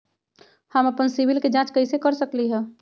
हम अपन सिबिल के जाँच कइसे कर सकली ह?